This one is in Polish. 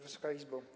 Wysoka Izbo!